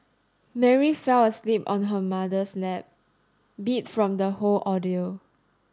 Mary fell asleep on her mother's lap beat from the whole ordeal